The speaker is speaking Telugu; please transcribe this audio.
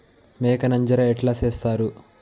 మేక నంజర ఎట్లా సేస్తారు?